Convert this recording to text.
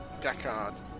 Deckard